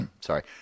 sorry